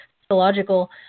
psychological